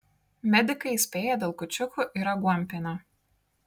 medikai įspėja dėl kūčiukų ir aguonpienio